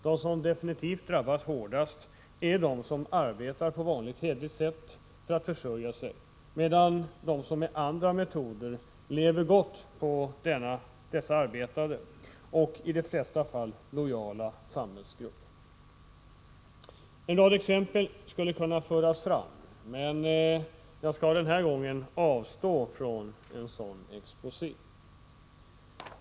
De som definitivt drabbas hårdast är de som arbetar på vanligt hederligt sätt för att försörja sig. Samtidigt lever andra med andra metoder gott på dessa arbetande och — i de flesta fall — lojala samhällsgrupper. De försörjer sig med hjälp av andra metoder. En rad exempel härpå skulle kunna föras fram, men jag skall denna gång avstå från en sådan exposé.